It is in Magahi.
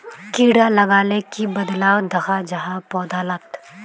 कीड़ा लगाले की बदलाव दखा जहा पौधा लात?